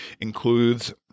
includes